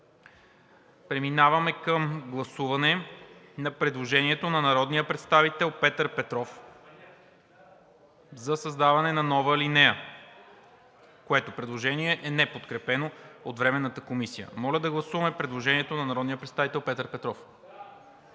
Преминаваме към гласуване на предложението на народния представител Петър Петров за създаване на нова алинея, което предложение е неподкрепено от Временната комисия. Гласували 193 народни представители: за